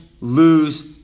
lose